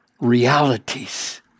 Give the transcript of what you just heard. realities